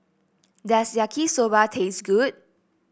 does Yaki Soba taste good